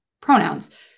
pronouns